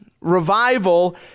Revival